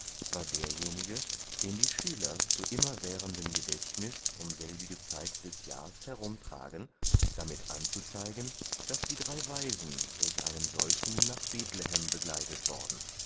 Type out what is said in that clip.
war derjenige den die schüler zu immerwährendem gedächtnüs um selbige zeit des jahrs herumtragen damit anzuzeigen daß die drei weisen durch einen solchen nach bethlehem begleitet worden